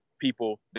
people